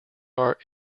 art